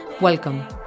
Welcome